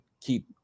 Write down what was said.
keep